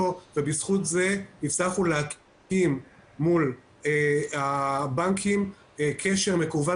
ובזכות זה הצלחנו להקים מול הבנקים קשר מקוון